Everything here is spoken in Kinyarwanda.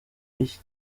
iki